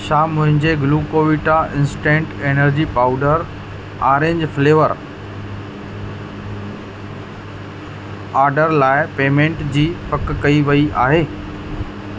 छा मुंहिंजे Glucovita instant energy powder orange flavour order लाइ पेमेंट जी पक कई वई आहे